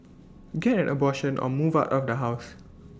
get an abortion or move out of the house